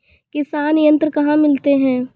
किसान यंत्र कहाँ मिलते हैं?